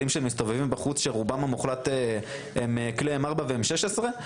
כלים שמסתובבים בחוץ כשרובם המוחלט הם כלי M4 ו-M16?